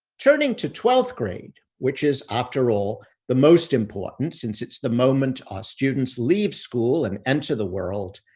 turning to twelfth grade, which is after role the most important since it's the moment our students leave school and enter the world,